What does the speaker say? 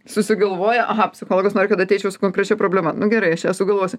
susigalvoja psichologas nori kad ateičiau su konkrečia problema nu gerai aš ją sugalvosiu